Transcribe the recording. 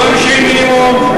עונשי מינימום,